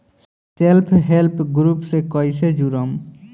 Self help group से कइसे जुड़म?